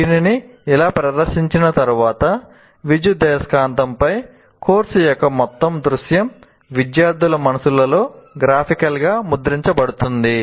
దీనిని ఇలా ప్రదర్శించిన తర్వాత విద్యుదయస్కాంతంపై కోర్సు యొక్క మొత్తం దృశ్యం విద్యార్థుల మనస్సులలో గ్రాఫికల్ గా ముద్రించబడుతుంది